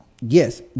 Yes